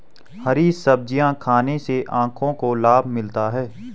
हरी सब्जियाँ खाने से आँखों को लाभ मिलता है